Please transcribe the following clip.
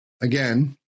again